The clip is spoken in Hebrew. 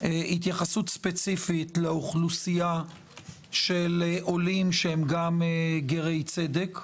התייחסות ספציפית לאוכלוסייה של עולים שהם גם גרי צדק.